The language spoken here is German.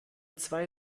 zwei